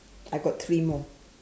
I got three more